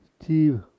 Steve